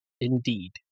Indeed